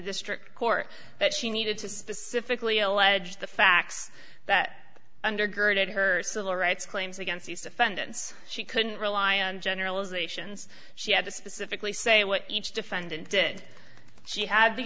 district court that she needed to specifically allege the facts that undergirded her civil rights claims against these defendants she couldn't rely on generalisations she had to specifically say what each defendant did she had the